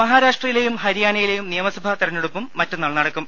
മഹാരാഷ്ട്രയിലെയും ഹരിയാനയിലെയും നിയമസഭാ തെരഞ്ഞെ ടുപ്പും മറ്റന്നാൾ നടക്കും